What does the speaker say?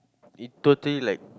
it totally like